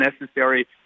necessary